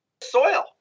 soil